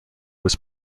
was